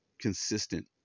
consistent